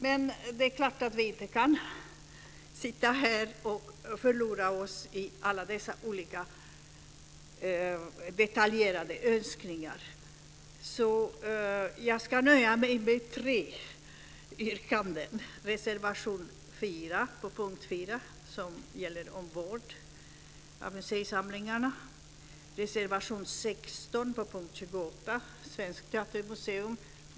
Men det är klart att vi inte kan förlora oss i alla dessa olika detaljerade önskningar, så jag ska nöja mig med tre yrkanden. Jag yrkar bifall till reservation 4 under punkt 4, som gäller vård av museisamlingarna. Jag yrkar bifall till reservation 16 under punkt 28, som gäller Sveriges Teatermuseum.